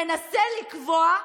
מנסה לקבוע,